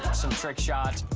some trick shots.